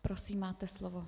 Prosím, máte slovo.